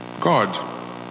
God